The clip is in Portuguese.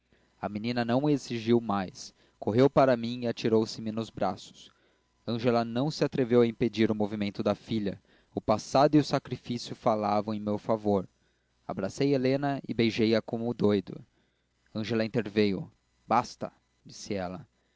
a menina não exigiu mais correu para mim e atirou-se menos braços ângela não se atreveu a impedir o movimento da filha o passado e o sacrifício falavam em meu favor abracei helena e beijei-a como doido ângela interveio basta disse ela